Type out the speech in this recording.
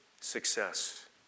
success